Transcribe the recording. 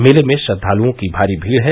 मेर्ले में श्रद्वालुओं की भारी भीड़ है